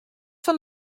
fan